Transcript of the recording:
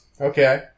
Okay